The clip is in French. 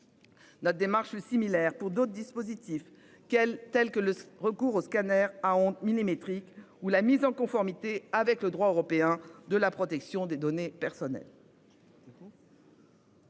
Notre démarche similaire pour d'autres dispositifs quel tels que le recours aux scanners à ondes millimétriques ou la mise en conformité avec le droit européen de la protection des données personnelles.